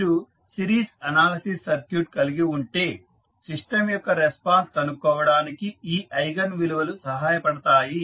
మీరు series analysis circuit కలిగి ఉంటే సిస్టం యొక్క రెస్పాన్స్ కనుక్కోవడానికి ఈ ఐగన్ విలువలు సహాయ పడతాయి